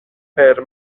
per